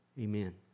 Amen